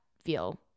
feel